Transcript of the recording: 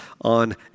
on